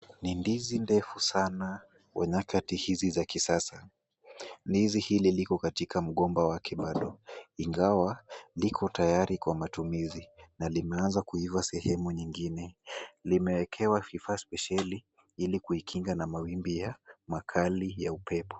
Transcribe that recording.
Ni ndizi ndefu sana kwa nyakati hizi za kisasa. Ndizi hili liko katika mgomba wake bado, ingawa liko tayari kwa matumizi na limeanza kuiva sehemu nyingine. Limeekewa vifaa spesheli Ili kuikinga na mawimbi ya makali ya upepo.